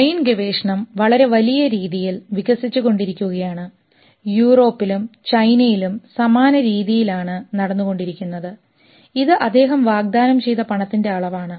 brain ഗവേഷണം വളരെ വലിയ രീതിയിൽ വികസിച്ചുകൊണ്ടിരിക്കുകയാണ് യൂറോപ്പിൽ ചൈനയിലും സമാനമായ രീതിയാണ് നടന്നുകൊണ്ടിരിക്കുന്നത് ഇത് അദ്ദേഹം വാഗ്ദാനം ചെയ്ത പണത്തിൻറെ അളവാണ്